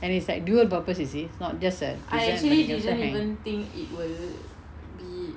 and it's like dual purpose you see is not just a design you can also hang